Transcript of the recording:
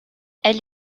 elle